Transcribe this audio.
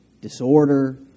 disorder